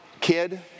kid